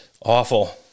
Awful